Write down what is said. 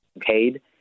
paid